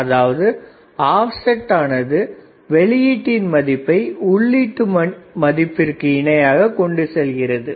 அதாவது offset ஆனது வெளியீட்டின் மதிப்பை உள்ளீட்டு மதிப்பிற்கு இணையாக கொண்டு செல்கிறது